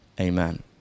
amen